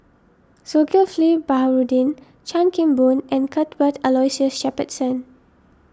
Zulkifli Baharudin Chan Kim Boon and Cuthbert Aloysius Shepherdson